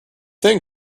you